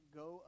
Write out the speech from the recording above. go